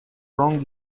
wrong